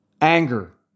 Anger